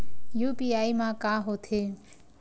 UPI मा का होथे?